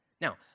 Now